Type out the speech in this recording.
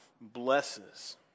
blesses